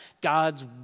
God's